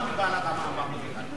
נו, באמת, נו.